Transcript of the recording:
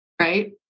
right